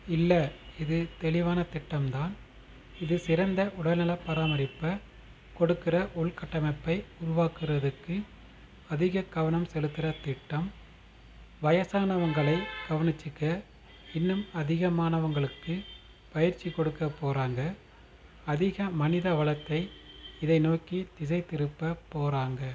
இல்லை இது தெளிவான திட்டம் தான் இது சிறந்த உடல்நலப் பராமரிப்ப கொடுக்கிற உள்கட்டமைப்பை உருவாக்குகிறதுக்கு அதிக கவனம் செலுத்துகிற திட்டம் வயதானவங்களை கவனிச்சிக்க இன்னும் அதிகமானவங்களுக்கு பயிற்சி கொடுக்க போகிறாங்க அதிக மனித வளத்தை இதை நோக்கி திசை திருப்பப் போகிறாங்க